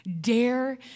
Dare